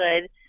good